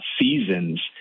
seasons